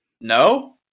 No